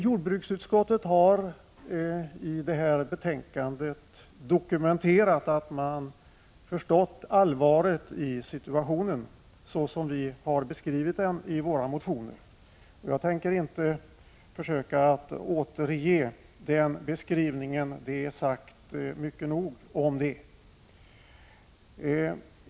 Jordbruksutskottet har i detta betänkande dokumenterat att man förstått allvaret i situationen så som vi har beskrivit den i våra motioner. Jag tänker inte försöka återge den beskrivningen, det är sagt mycket nog om det.